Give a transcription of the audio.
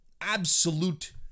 absolute